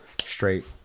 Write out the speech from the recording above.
straight